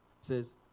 says